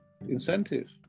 incentive